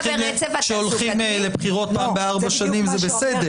כשהולכים לבחירות פעם בארבע שנים, זה בסדר.